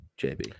JB